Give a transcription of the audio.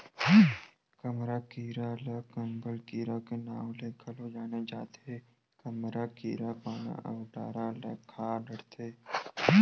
कमरा कीरा ल कंबल कीरा के नांव ले घलो जाने जाथे, कमरा कीरा पाना अउ डारा ल खा डरथे